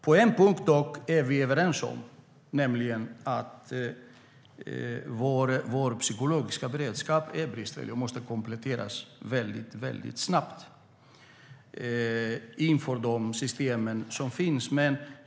På en punkt är vi dock överens, nämligen att vår psykologiska beredskap är bristfällig och måste kompletteras väldigt snabbt inför de system som finns.